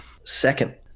Second